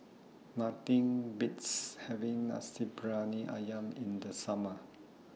Nothing Beats having Nasi Briyani Ayam in The Summer